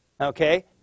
Okay